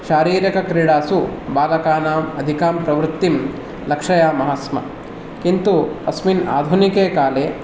शारिरकक्रीडासु बालकानाम् अधिकां प्रवृत्तिं लक्षयामः स्म किन्तु अस्मिन् आधुनिके काले